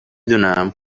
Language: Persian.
دونم